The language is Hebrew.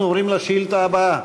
אנחנו עוברים לשאילתה הבאה.